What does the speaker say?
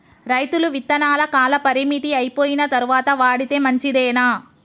రైతులు విత్తనాల కాలపరిమితి అయిపోయిన తరువాత వాడితే మంచిదేనా?